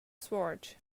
sword